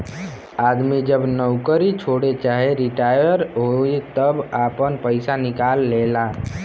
आदमी जब नउकरी छोड़े चाहे रिटाअर होए तब आपन पइसा निकाल लेला